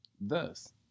Thus